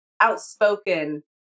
outspoken